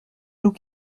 nous